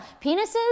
Penises